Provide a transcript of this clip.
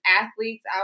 athletes